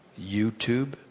YouTube